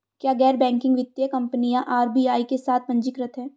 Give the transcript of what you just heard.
क्या गैर बैंकिंग वित्तीय कंपनियां आर.बी.आई के साथ पंजीकृत हैं?